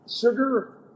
Sugar